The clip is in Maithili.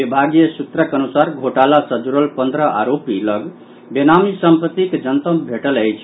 विभागीय सूत्रक अनुसार घोटाला सँ जुड़ल पन्द्रह आरोपी लऽग बेनामी सम्पत्तिक जनतब भेटल अछि